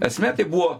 esmė tai buvo